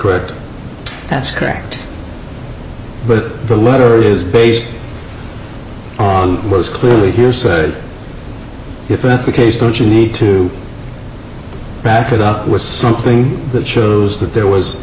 correct that's correct but the letter is based on was clearly hearsay if that's the case don't you need to back to the was something that shows that there was